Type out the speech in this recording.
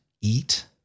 eat